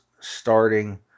Starting